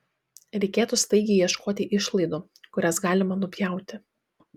reikėtų staigiai ieškoti išlaidų kurias galima nupjauti